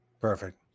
Perfect